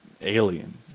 alien